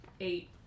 eight